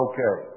Okay